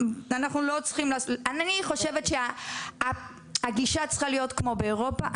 אני חושבת שהגישה צריכה להיות כמו באירופה.